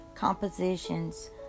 compositions